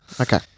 Okay